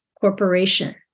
corporation